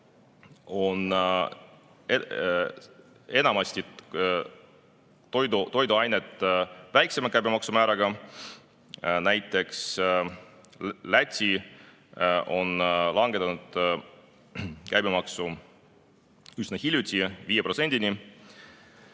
on enamasti toiduained väiksema käibemaksumääraga, näiteks Läti langetas käibemaksu üsna hiljuti 5%‑ni.